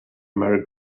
merry